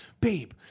babe